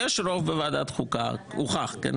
יש רוב בוועדת החוקה הוכח, כן.